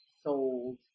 sold